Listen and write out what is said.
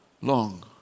long